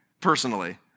personally